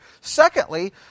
Secondly